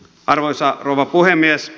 arvoisa rouva puhemies